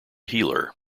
healer